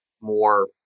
more